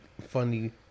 funny